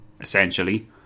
essentially